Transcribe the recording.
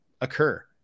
occur